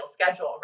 schedule